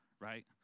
right